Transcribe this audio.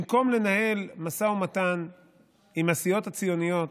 במקום לנהל משא ומתן עם הסיעות הציוניות,